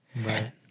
Right